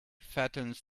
fattens